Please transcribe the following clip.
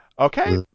Okay